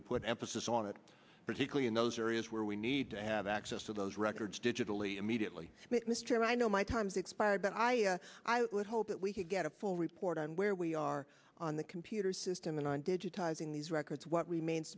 have put emphasis on it particularly in those areas where we need to have access to those records digitally immediately mr i know my time's expired but i would hope that we could get a full report on where we are on the computer system and on digitizing these records what we ma